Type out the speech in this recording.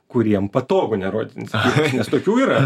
kuriem patogu nerodyt iniciatyvos nes tokių yra